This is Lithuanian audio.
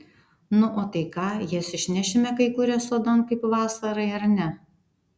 nu o tai ką jas išnešime kai kurias sodan kaip vasarai ar ne